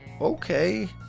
okay